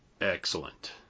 Excellent